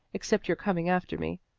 except your coming after me.